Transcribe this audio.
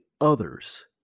others